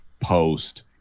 post